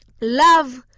Love